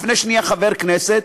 לפני שנהיה חבר כנסת,